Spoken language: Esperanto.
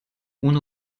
unu